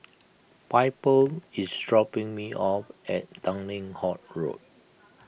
Piper is dropping me off at Tanglin Halt Road